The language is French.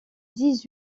dix